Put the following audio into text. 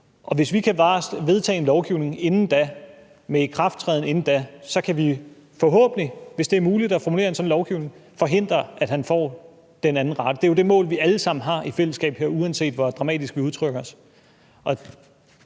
og hvis vi kan vedtage en lovgivning med ikrafttræden inden da, kan vi forhåbentlig, hvis det er muligt at formulere sådan en lovgivning, forhindre, at han får den anden rate. Det er jo det mål, vi alle sammen har, uanset hvor dramatisk vi udtrykker os.